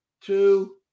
two